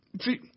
See